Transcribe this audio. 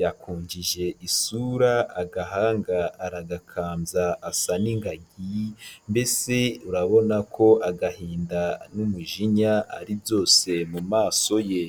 yakunjije isura, agahanga aragakambya asa n'ingagi, mbese urabona ko agahinda n'umujinya ari byose mu maso ye.